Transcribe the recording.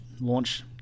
launch